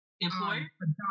employer